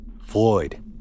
Floyd